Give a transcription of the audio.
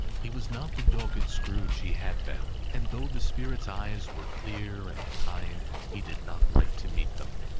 he was not the dogged scrooge he had been and though the spirit's eyes were clear and kind, he did not like to meet them.